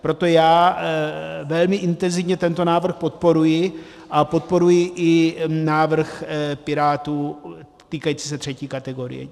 Proto já velmi intenzivně tento návrh podporuji a podporuji i návrh Pirátů týkající se třetí kategorie.